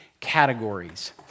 categories